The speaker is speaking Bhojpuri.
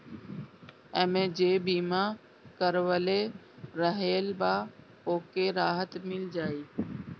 एमे जे बीमा करवले रहल बा ओके राहत मिल जाई